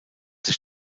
sich